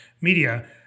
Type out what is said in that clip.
media